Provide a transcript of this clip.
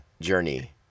journey